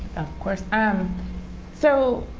of course. um so